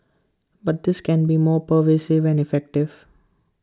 but this can be more pervasive and effective